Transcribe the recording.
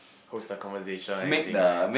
host the conversation anything like ya